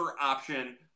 option